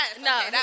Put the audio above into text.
No